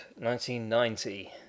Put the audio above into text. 1990